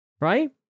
Right